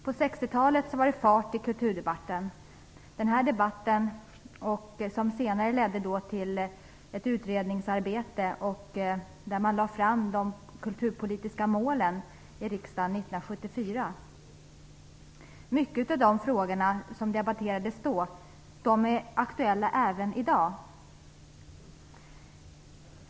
På 60-talet var det fart i kulturdebatten. Den debatten ledde senare till ett utredningsarbete där de kulturpolitiska målen år 1974 lades fram för riksdagen. Många av de frågor som då debatterades är aktuella även i dag.